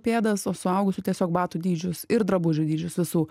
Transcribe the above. pėdas o suaugusių tiesiog batų dydžius ir drabužių dydžius visų